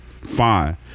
Fine